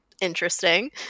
Interesting